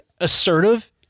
assertive